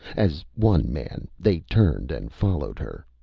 as one man, they turned and followed her.